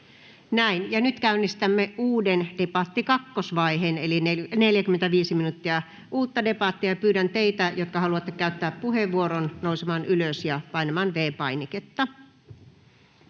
Näin. — Ja nyt käynnistämme uuden debatin, debatin kakkosvaiheen, eli 45 minuuttia uutta debattia. Ja pyydän teitä, jotka haluatte käyttää puheenvuoron, nousemaan ylös ja painamaan V-painiketta.